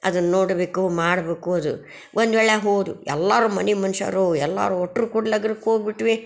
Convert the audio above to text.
ಅದನ್ನು ನೋಡಬೇಕು ಮಾಡಬೇಕು ಅದು ಒಂದುವೇಳೆ ಹೋದು ಎಲ್ಲಾರು ಮನೆ ಮನುಷ್ಯರು ಎಲ್ಲರೂ ಒಟ್ರು ಕೂಡಿ ಲಗ್ನಕ್ಕೆ ಹೋಗಿಬಿಟ್ವಿ